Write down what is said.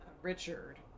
Richard